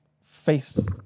face